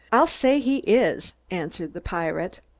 i'll say he is, answered the pirate.